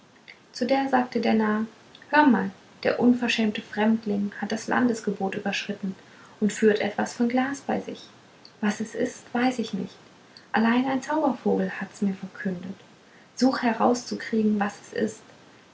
zu der sagte der narr hör mal der unverschämte fremdling hat das landesgebot überschritten und führt etwas von glas bei sich was es ist weiß ich nicht allein ein zaubervogel hat's mir verkündet such herauszukriegen was es ist